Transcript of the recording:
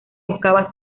buscaba